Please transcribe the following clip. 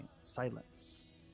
silence